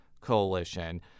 Coalition